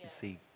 see